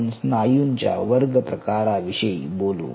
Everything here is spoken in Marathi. आपण स्नायूंच्या वर्गप्रकाराविषयी बोलू